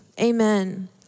amen